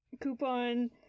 coupon